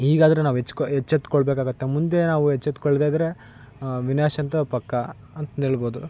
ಈಗಾದರು ನಾವು ಎಚ್ಕಾ ಎಚ್ಚೆತ್ಕೊಳ್ಳಬೇಕಾಗತ್ತೆ ಮುಂದೆ ನಾವು ಎಚ್ಚೆತ್ಕೊಳ್ಳದೇ ಇದ್ದರೆ ವಿನಾಶಂತು ಪಕ್ಕ ಅಂತ್ನೆಳ್ಬೋದು